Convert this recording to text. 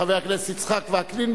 חבר הכנסת יצחק וקנין,